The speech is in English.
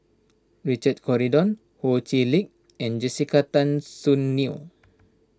Richard Corridon Ho Chee Lick and Jessica Tan Soon Neo